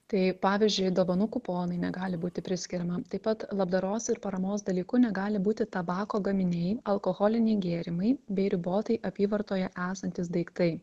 tai pavyzdžiui dovanų kuponai negali būti priskiriama taip pat labdaros ir paramos dalyku negali būti tabako gaminiai alkoholiniai gėrimai bei ribotai apyvartoje esantys daiktai